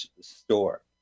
store